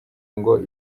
ngo